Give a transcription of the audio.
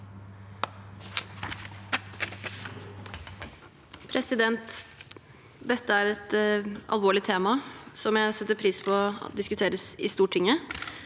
Dette er et alvorlig tema som jeg setter pris på at diskuteres i Stortinget.